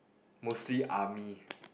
mostly army